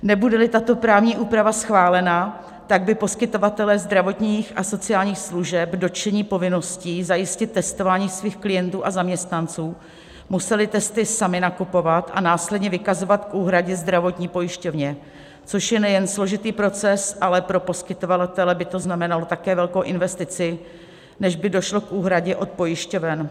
Nebudeli tato právní úprava schválena, tak by poskytovatelé zdravotních a sociálních a služeb dotčení povinností zajistit testování svých klientů a zaměstnanců museli testy sami nakupovat a následně vykazovat k úhradě zdravotní pojišťovně, což je nejen složitý proces, ale pro poskytovatele by to znamenalo také velkou investici, než by došlo k úhradě od pojišťoven.